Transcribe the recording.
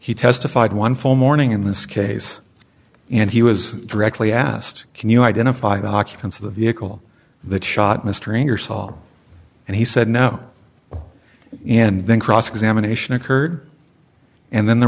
he testified one full morning in this case and he was directly asked can you identify the occupants of the vehicle that shot mr ingersoll and he said no and then cross examination occurred and then there